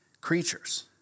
creatures